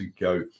go